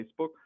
Facebook